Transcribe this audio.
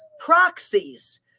proxies